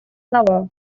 нова